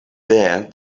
there